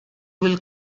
will